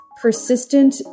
persistent